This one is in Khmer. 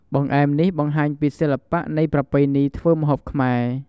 បង្អែមនេះបង្ហាញពីសិល្បៈនៃប្រពៃណីធ្វើម្ហូបខ្មែរ។